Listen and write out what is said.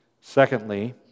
Secondly